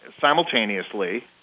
simultaneously